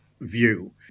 view